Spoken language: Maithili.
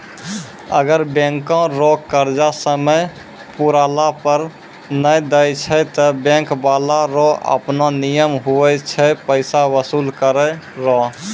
अगर बैंको रो कर्जा समय पुराला पर नै देय छै ते बैंक बाला रो आपनो नियम हुवै छै पैसा बसूल करै रो